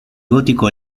gótico